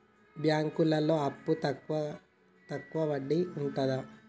బ్యాంకులలో అప్పుకు తక్కువ వడ్డీ ఉంటదా?